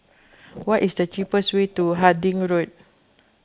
what is the cheapest way to Harding Road